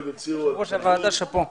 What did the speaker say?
יושב ראש הוועדה, שאפו.